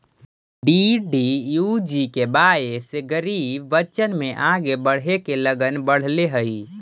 DDUGKY से गरीब बच्चन में आगे बढ़े के लगन बढ़ले हइ